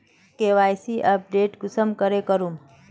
KYC update कुंसम करे करूम?